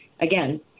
again